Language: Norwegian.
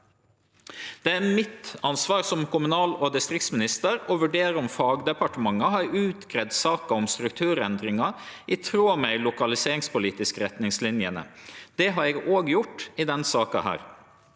Det er mitt ansvar som kommunal og distriktsminister å vurdere om fagdepartementa har greidd ut saka om strukturendringar i tråd med dei lokaliseringspolitiske retningslinjene. Det har eg òg gjort i denne saka.